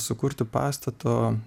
sukurti pastato